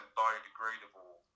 biodegradable